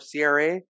CRA